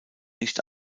nicht